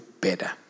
better